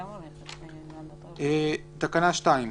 "2.